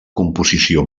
composició